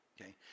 okay